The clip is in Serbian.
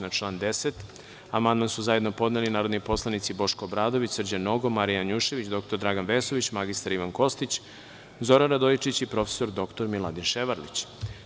Na član 10. amandman su zajedno podneli narodni poslanici Boško Obradović, Srđan Nogo, Marija Janjušević, dr Dragan Vesović, mr Ivan Kostić, Zoran Radojičić i prof. dr Miladin Ševarlić.